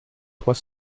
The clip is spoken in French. trois